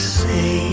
say